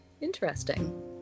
interesting